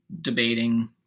debating